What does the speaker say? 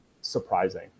surprising